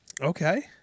Okay